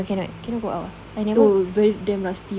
oh no cannot cannot go up ah I never know